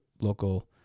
local